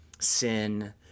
sin